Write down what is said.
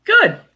Good